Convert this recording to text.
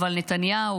אבל נתניהו,